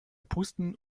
pusten